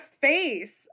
face